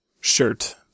Shirt